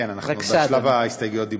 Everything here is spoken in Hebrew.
כן, אנחנו בשלב ההסתייגויות דיבור.